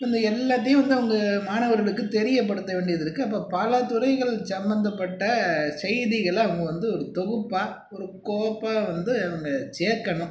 வந்து எல்லாத்தயும் வந்து அவங்க மாணவர்களுக்கு தெரியப்படுத்த வேண்டியதற்கு அப்போ பல துறைகள் சம்பந்தப்பட்ட செய்திகளை வந்து தொகுப்பாக ஒரு கோப்பாக வந்து அவங்க சேர்க்கணும்